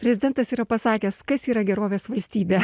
prezidentas yra pasakęs kas yra gerovės valstybė